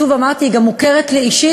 שוב, אמרתי, היא גם מוכרת לי אישית.